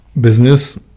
business